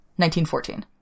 1914